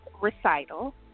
recital